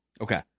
okay